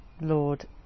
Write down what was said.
Lord